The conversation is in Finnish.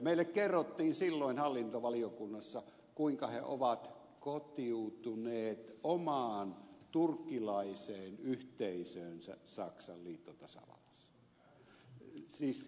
meille kerrottiin silloin hallintovaliokunnassa kuinka he ovat kotiutuneet omaan turkkilaiseen yhteisöönsä saksan liittotasavallassa siis huom